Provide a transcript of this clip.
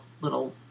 little